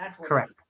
correct